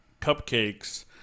cupcakes